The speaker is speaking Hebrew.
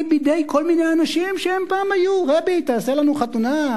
בידי כל מיני אנשים שהם פעם היו: רבי תעשה לנו חתונה,